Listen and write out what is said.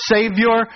Savior